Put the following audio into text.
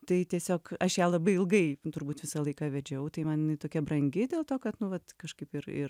tai tiesiog aš ją labai ilgai turbūt visą laiką vedžiau tai man jinai tokia brangi dėl to kad nu vat kažkaip ir ir